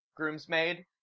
groomsmaid